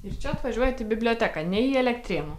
ir čia atvažiuojat į biblioteką ne į elektrėnų